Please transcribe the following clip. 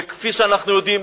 וכפי שאנחנו יודעים,